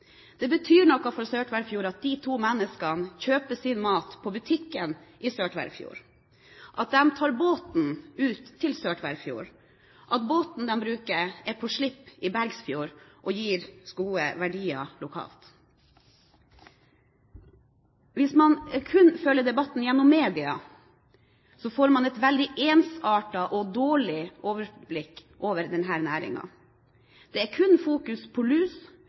Det betyr noe for Sør-Tverrfjord at de to menneskene kjøper sin mat på butikken i Sør-Tverrfjord, at de tar båten ut til Sør-Tverrfjord, at båten de bruker, er på slipp i Bergsfjord og gir gode verdier lokalt. Hvis man kun følger debatten gjennom media, får man et veldig ensartet og dårlig overblikk over denne næringen. Det er kun fokus på lus,